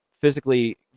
physically